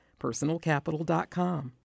Personalcapital.com